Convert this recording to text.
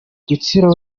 rutsiro